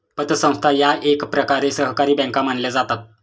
पतसंस्था या एकप्रकारे सहकारी बँका मानल्या जातात